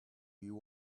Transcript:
you